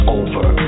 over